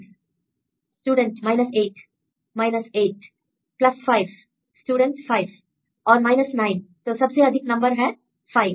5 student 5 और 9 तो सबसे अधिक नंबर है 5